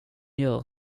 gör